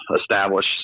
establish